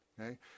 okay